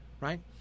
Right